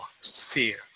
sphere